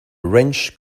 wrench